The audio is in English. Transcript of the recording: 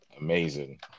amazing